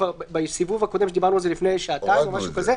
כבר בסיבוב השני כשדיברנו על זה לפני כשעתיים הורדנו את זה,